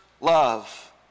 Love